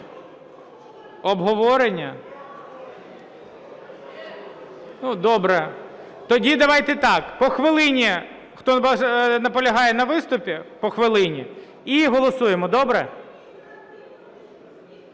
Обговорення? Ну, добре. Тоді давайте так: по хвилині. Хто наполягає на виступі, по хвилині, і голосуємо. Добре?